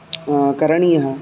करणीयः